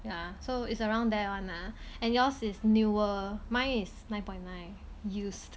ya so it's around there one lah and yours is newer mine is nine point nine used